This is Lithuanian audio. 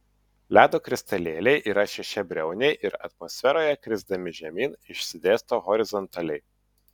ledo kristalėliai yra šešiabriauniai ir atmosferoje krisdami žemyn išsidėsto horizontaliai